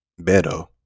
Beto